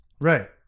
Right